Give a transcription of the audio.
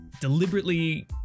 deliberately